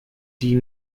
die